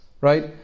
Right